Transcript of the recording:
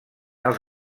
els